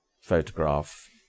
photograph